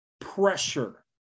pressure